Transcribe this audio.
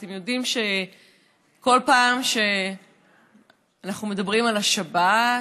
אתם יודעים שכל פעם שאנחנו מדברים על השבת,